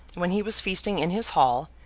when he was feasting in his hall,